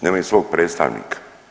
Nemaju svog predstavnika.